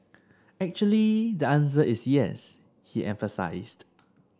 actually the answer is yes he emphasised